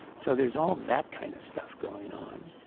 so there's all that kind of stuff going on.